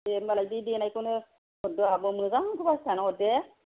दे होनब्लालाय बे देनायखौनो हरदो आब' मोजांखौ बासिनानै हरदे